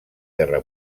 guerra